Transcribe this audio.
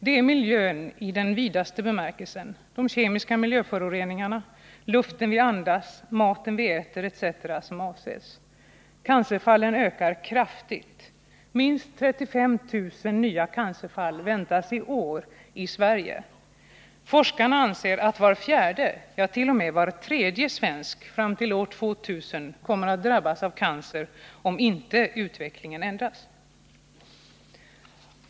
Det är miljön i den vidaste bemärkelsen — kemiska miljöföroreningar, luften vi andas, maten vi äter etc. — som avses. Antalet cancerfall ökar kraftigt. Minst 35 000 nya cancerfall väntas i år i Sverige. Forskarna anser att var fjärde, ja, t.o.m. var tredje svensk, fram till år 2000 kommer att drabbas av cancer, om inte utvecklingen ändras.